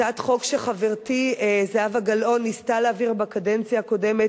הצעת חוק שחברתי זהבה גלאון ניסתה להעביר בקדנציה הקודמת